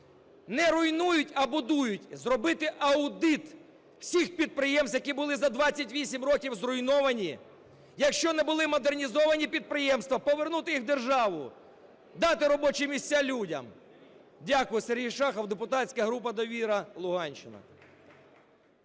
не руйнують, а будують. Зробити аудит всіх підприємств, які були за 28 років зруйновані. Якщо не були модернізовані підприємства, повернути їх в державу, дати робочі місця людям. Дякую. Сергій Шахов, депутатська група "Довіра", Луганщина.